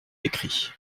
écrit